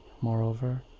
Moreover